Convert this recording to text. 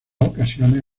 ocasiones